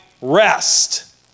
rest